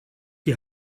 die